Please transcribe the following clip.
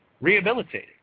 rehabilitated